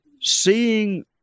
seeing